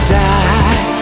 die